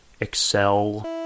Excel